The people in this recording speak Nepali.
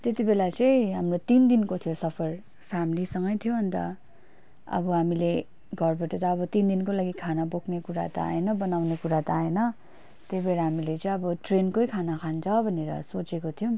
त्यतिबेला चाहिँ हाम्रो तिन दिनको थियो सफर फेमिलीसँगै थियो अन्त अब हामीले घरबाट त अब तिन दिनको लागि खाना बोक्ने कुरा त आएन बनाउने कुरा त आएन त्यही भएर हामीले चाहिँ अब ट्रेनकै खाना खान्छ भनेर सोचेको थियौँ